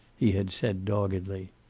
he had said doggedly.